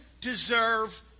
deserve